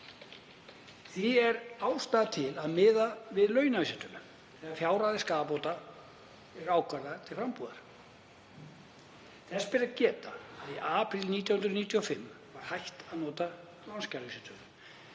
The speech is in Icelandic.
Því er ástæða til að miða við launavísitölu þegar fjárhæðir skaðabóta eru ákvarðaðar til frambúðar. Þess ber að geta að í apríl 1995 var hætt að nota lánskjaravísitölu